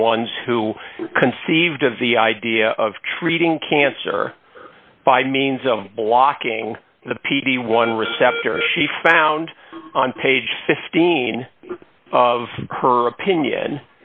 the ones who conceived of the idea of treating cancer by means of blocking the p d one receptor she found on page fifteen of her opinion